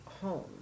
home